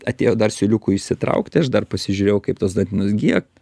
atėjo dar siūliukų išsitraukti aš dar pasižiūrėjau kaip tos dantenos gyja